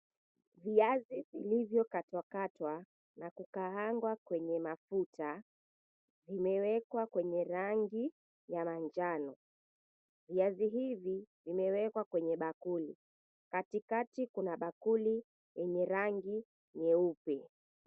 Viazi vilivyo katwakatwa na kukaangwa kwenye mafuta vimewekwa kwenye rangi ya manjano. Viazi hivi vimewekwa kwenye bakuli katikati kuna bakuli yenye rangi nyeupe.